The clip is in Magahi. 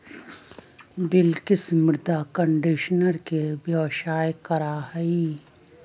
बिलकिश मृदा कंडीशनर के व्यवसाय करा हई